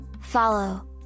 follow